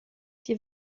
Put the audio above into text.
die